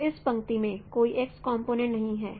तो इस पंक्ति में कोई x कंपोनेंट नहीं है